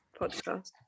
podcast